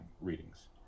readings